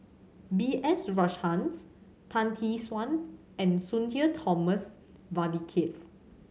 B S Rajhans Tan Tee Suan and Sudhir Thomas Vadaketh